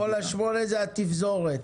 כל השמונה זה התפזורת?